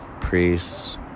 Priests